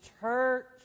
church